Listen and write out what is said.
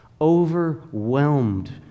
overwhelmed